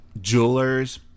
Jewelers